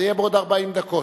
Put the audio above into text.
זה יהיה בעוד 40 דקות.